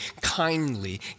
kindly